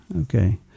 okay